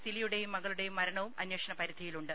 സിലിയുടേയും മകളുടേയും മരണവും അന്വേഷണ പരിധിയിലുണ്ട്